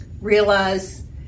realize